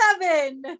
seven